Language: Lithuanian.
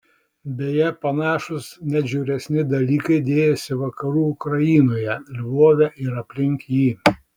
beje panašūs net žiauresni dalykai dėjosi vakarų ukrainoje lvove ir aplink jį